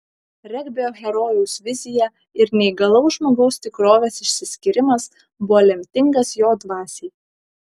regbio herojaus vizija ir neįgalaus žmogaus tikrovės išsiskyrimas buvo lemtingas jo dvasiai